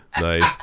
nice